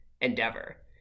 endeavor